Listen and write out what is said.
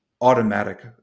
automatic